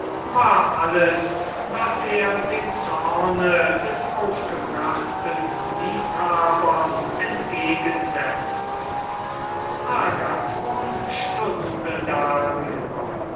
war alles was er dem zorn des aufgebrachten liebhabers entgegensetzte agathon stutzte darüber